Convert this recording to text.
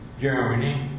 Germany